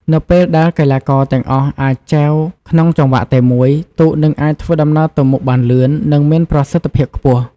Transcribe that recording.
នៅពេលដែលកីឡាករទាំងអស់អាចចែវក្នុងចង្វាក់តែមួយ ទូកនឹងអាចធ្វើដំណើរទៅមុខបានលឿន និងមានប្រសិទ្ធភាពខ្ពស់។